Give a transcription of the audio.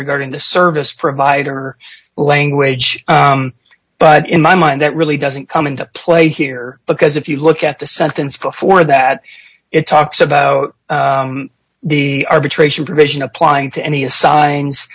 regarding the service provider language but in my mind it really doesn't come into play here because if you look at the sentence before that it talks about the arbitration provision applying to any assigns